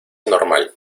normal